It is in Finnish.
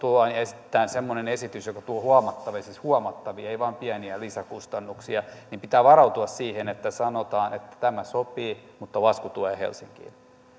tulemme esittämään semmoisen esityksen joka tuo huomattavia siis huomattavia ei vain pieniä lisäkustannuksia niin pitää varautua siihen että sanotaan että tämä sopii mutta lasku tulee helsinkiin